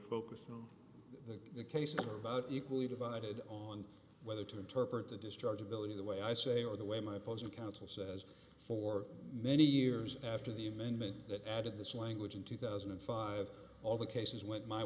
focusing on case is about equally divided on whether to interpret the discharge ability the way i say or the way my post council says for many years after the amendment that added this language in two thousand and five all the cases went my